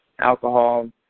alcohol